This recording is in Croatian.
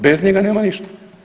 Bez njega nema ništa.